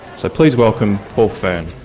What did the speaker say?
so please welcome paul fearne.